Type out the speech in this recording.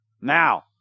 Now